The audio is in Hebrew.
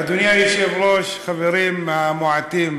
אדוני היושב-ראש, חברים מועטים,